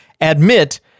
admit